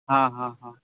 हां हां हां